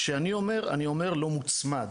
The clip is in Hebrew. כשאני אומר, אני אומר לא מוצמד.